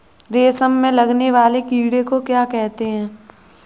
रेशम में लगने वाले कीड़े को क्या कहते हैं?